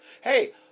Hey